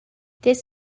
this